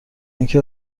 اینکه